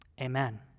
amen